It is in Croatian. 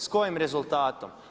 S kojim rezultatom?